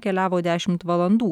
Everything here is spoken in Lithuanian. keliavo dešimt valandų